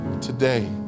today